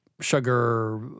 sugar